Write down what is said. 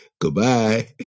Goodbye